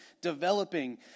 developing